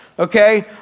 Okay